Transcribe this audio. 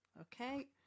Okay